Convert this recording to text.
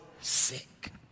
sick